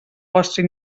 vostra